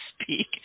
speak